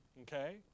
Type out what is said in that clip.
Okay